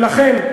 ולכן,